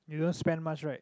you don't spend much right